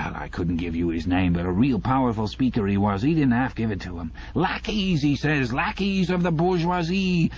i couldn't give you is name, but a real powerful speaker e was. e didn't alf give it em! lackeys! e says, lackeys of the bourgeoisie!